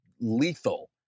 lethal